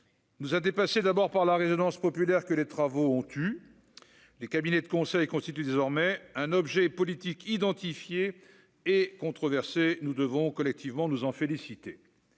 nous a dépassé d'abord par la résonance populaire que les travaux ont eu les cabinets de conseil constitue désormais un objet politique identifié et controversée, nous devons collectivement nous en féliciter.